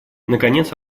наконец